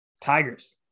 tigers